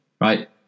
Right